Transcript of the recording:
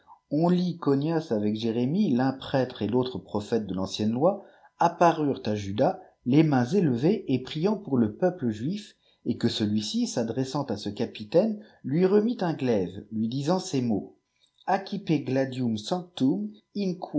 on lit qu'onias avec jérémie l'un prêtre et l'autre prophète de l'ancienne loi apparurent à judas les mains élevées et priant pour le peuple juir et que celui-ci s adressant à ce capitaine lui remit un glaive lui disant ces mots accipe gladium